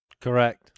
Correct